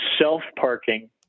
self-parking